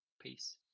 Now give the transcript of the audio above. peace